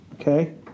okay